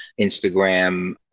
Instagram